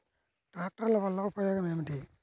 ట్రాక్టర్ల వల్ల ఉపయోగం ఏమిటీ?